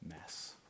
mess